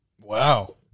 Wow